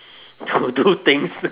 to do things